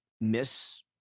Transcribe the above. miss